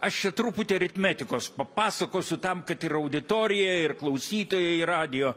aš čia truputį aritmetikos papasakosiu tam kad ir auditorija ir klausytojai radijo